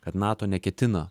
kad nato neketina